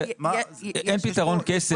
אין פתרון קסם.